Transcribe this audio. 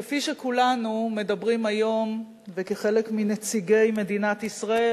כפי שכולנו מדברים היום וכחלק מנציגי מדינת ישראל,